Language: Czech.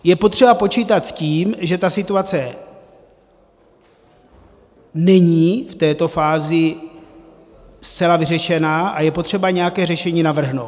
Je potřeba počítat s tím, že ta situace není v této fázi zcela vyřešena, a je potřeba nějaké řešení navrhnout.